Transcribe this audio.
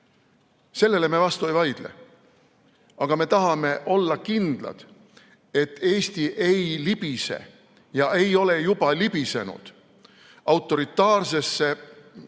Sellele me vastu ei vaidle. Aga me tahame olla kindlad, et Eesti ei libise ja ei ole juba libisenud autoritaarsesse